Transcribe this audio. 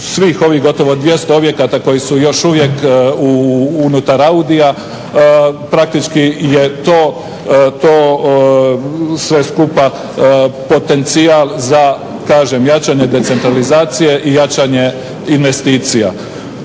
svih ovih gotovo 200 objekata koji su još uvijek unutar audia. Praktički je to sve skupa potencijal za kažem jačanje decentralizacije i jačanje investicija.